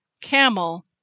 camel